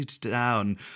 down